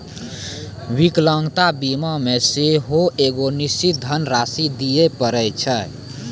विकलांगता बीमा मे सेहो एगो निश्चित धन राशि दिये पड़ै छै